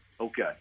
Okay